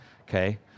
Okay